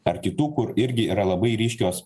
ar kitų kur irgi yra labai ryškios